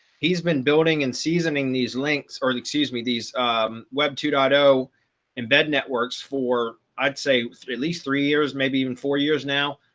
he's been building and seasoning these links, or excuse me, these web to to auto embed networks for i'd say, at least three years, maybe even four years now.